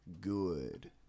good